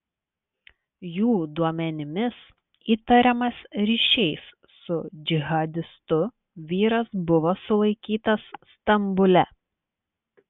jų duomenimis įtariamas ryšiais su džihadistu vyras buvo sulaikytas stambule